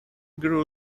grew